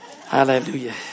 Hallelujah